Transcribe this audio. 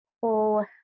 pull